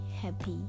happy